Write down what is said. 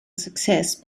success